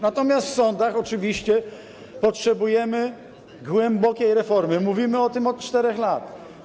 Natomiast w sądach oczywiście potrzebujemy głębokiej reformy, mówimy o tym od 4 lat.